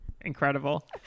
Incredible